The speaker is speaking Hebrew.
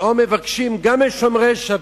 פתאום מבקשים גם משומרי שבת,